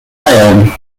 iron